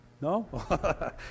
no